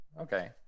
Okay